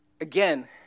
Again